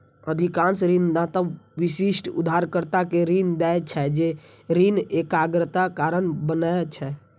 अधिकांश ऋणदाता विशिष्ट उधारकर्ता कें ऋण दै छै, जे ऋण एकाग्रताक कारण बनै छै